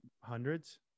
Hundreds